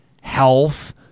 health